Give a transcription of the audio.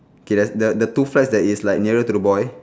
okay the the the two flags that is like nearer to the boy